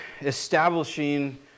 establishing